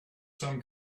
some